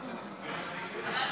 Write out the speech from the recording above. הכנסת שירי, ההצעה